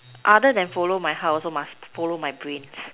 other than follow my heart also must follow my brains